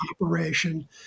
operation